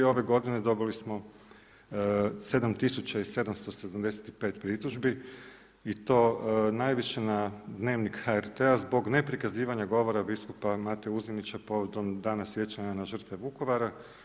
Ove godine dobili smo 7775 pritužbi i to najviše na Dnevnik HRT-a zbog neprikazivanja govora biskupa Mate Uzanića povodom Dana sjećanja na žrtve Vukovara.